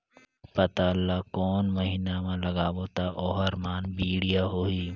पातल ला कोन महीना मा लगाबो ता ओहार मान बेडिया होही?